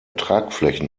tragflächen